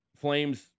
Flames